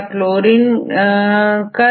किंतु क्लोरीन को सेलेक्ट नहीं करेगा